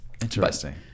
Interesting